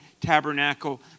Tabernacle